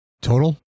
Total